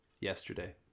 Yesterday